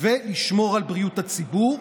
ולשמור על בריאות הציבור.